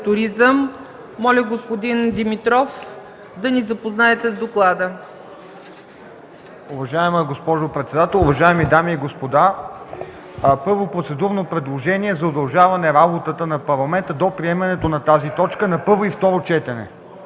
Моля господин Димитров да ни запознае с доклада.